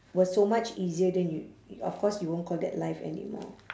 were so much easier then you of course you won't call that life anymore